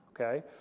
Okay